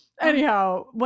anyhow